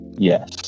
Yes